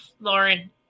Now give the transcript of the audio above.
Lauren